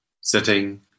sitting